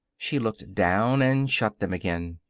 she looked down and shut them again.